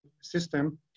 system